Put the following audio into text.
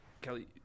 kelly